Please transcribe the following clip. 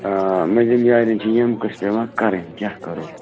آ مٔنٛزِم یارٮ۪ن چھِ یِم قٕصہٕ پٮ۪وان کَرٕنۍ کیٛاہ کرو